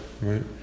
Right